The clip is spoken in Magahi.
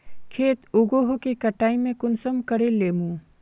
खेत उगोहो के कटाई में कुंसम करे लेमु?